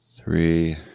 three